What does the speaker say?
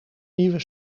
nieuwe